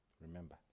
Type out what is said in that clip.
Remember